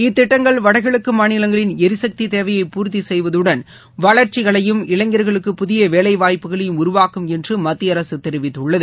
இத்திட்டங்கள் வடகிழக்கு மாநிலங்களின் எரிசக்தி தேவையை பூர்த்தி செய்வதுடன் வளர்ச்சிகளையும் இளைஞர்களுக்கு புதிய வேலைவாய்ப்புகளையும் உருவாக்கும் என்று மத்திய அரசு தெரிவித்துள்ளது